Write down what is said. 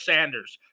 Sanders